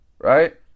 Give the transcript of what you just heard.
Right